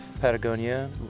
Patagonia